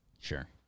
Sure